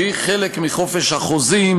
שהיא חלק מחופש החוזים,